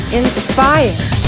inspired